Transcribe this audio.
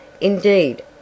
Indeed